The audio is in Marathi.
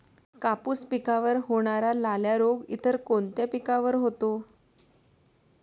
कापूस पिकावर होणारा लाल्या रोग इतर कोणत्या पिकावर होतो?